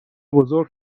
بزرگ